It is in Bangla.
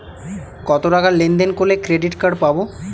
কতটাকা লেনদেন করলে ক্রেডিট কার্ড পাব?